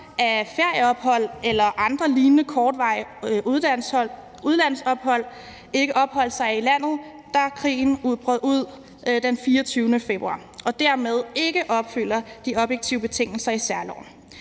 af ferieophold eller lignende, kortvarige udlandsophold ikke opholdt sig i landet, da krigen brød ud den 24. februar, og som dermed ikke opfylder de objektive betingelser i særloven.